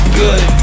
good